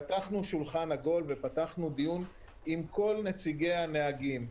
פחתנו שולחן עגול ופתחנו דיון עם כל נציגי הנהגים,